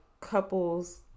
couples